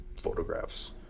photographs